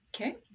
okay